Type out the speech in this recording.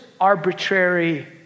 arbitrary